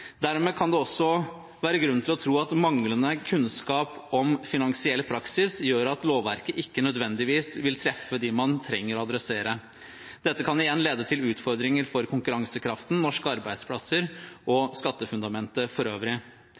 Dermed kan det også være grunn til å tro at manglende kunnskap om finansiell praksis gjør at lovverket ikke nødvendigvis vil treffe dem man trenger å adressere. Dette kan igjen lede til utfordringer for konkurransekraften, norske arbeidsplasser og skattefundamentet for øvrig.